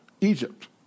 Egypt